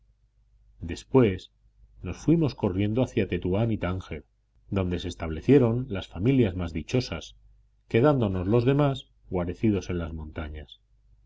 después nos fuimos corriendo hacia tetuán y tánger donde se establecieron las familias más dichosas quedándonos los demás guarecidos en las montañas